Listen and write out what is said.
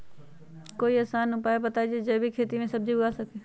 कोई आसान उपाय बताइ जे से जैविक खेती में सब्जी उगा सकीं?